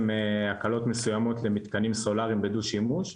הקלות מסוימות למתקנים סולאריים בדו-שימוש.